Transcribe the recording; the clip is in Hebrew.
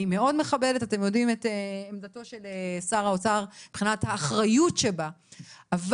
אני מכבדת את עמדתו של שר האוצר מבחינת האחריות הכוללת שלה,